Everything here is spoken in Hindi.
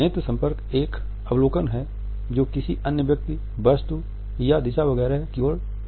नेत्र संपर्क एक अवलोकन है जो किसी अन्य व्यक्ति वस्तु या दिशा वगैरह की ओर निर्देशित है